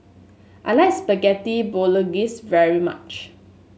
I like Spaghetti Bolognese very much